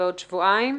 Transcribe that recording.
בעוד שבועיים.